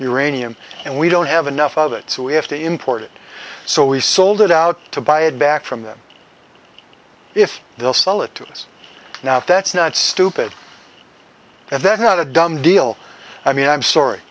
and and we don't have enough of it so we have to import it so we sold it out to buy it back from them if they'll sell it to us now that's not stupid and that's not a dumb deal i mean i'm sorry